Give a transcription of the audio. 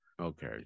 Okay